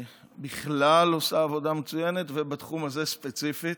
בכלל, עושה עבודה מצוינת, ובתחום הזה ספציפית.